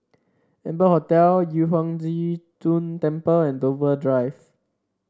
Amber Hotel Yu Huang Zhi Zun Temple and Dover Drive